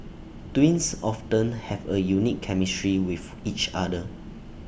twins often have A unique chemistry with each other